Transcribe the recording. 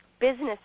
business